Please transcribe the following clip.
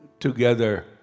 Together